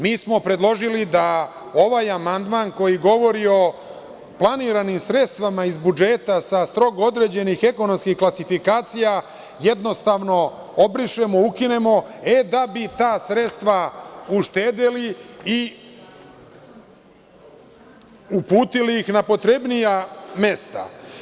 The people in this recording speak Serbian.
Mi smo predložili da ovaj amandman, koji govori o planiranim sredstvima iz budžeta sa strogo određenih ekonomskih klasifikacija, jednostavno obrišemo, ukinemo da bi ta sredstva uštedeli i uputili ih na potrebnija mesta.